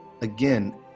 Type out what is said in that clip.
again